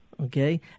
Okay